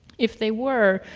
if they were,